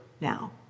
now